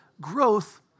growth